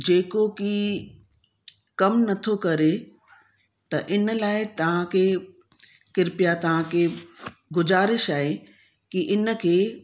जेको की कम नथो करे त इन लाइ तव्हांखे कृप्या तव्हांखे गुज़ारिश आहे की इन खे